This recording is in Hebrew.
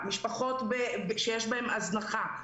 משפחות שיש בהן הזנחה,